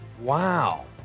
Wow